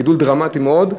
גידול דרמטי מאוד,